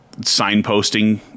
signposting